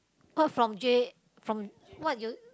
cause from J from what you